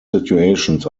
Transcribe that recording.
situations